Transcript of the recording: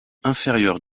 inférieure